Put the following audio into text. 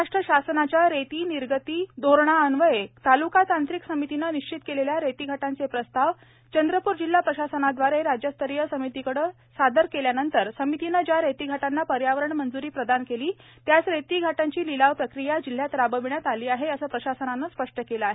महाराष्ट्र शासनाच्या रेती निर्गती धोरणान्वये तालुका तांत्रिक समितीने निश्चित केलेल्या रेतीघाटाचे प्रस्ताव चंद्रपूर जिल्हा प्रशासनादवारे राज्यस्तरीय समितीकडे सादर केल्यानंतर समितीने ज्या रेतीघाटांना पर्यावरण मंज्री प्रदान केली त्याच रेतीघाटाची लिलाव प्रक्रिया जिल्ह्यात राबविण्यात आली आहे असे प्रशासनाने स्पष्ट केले आहे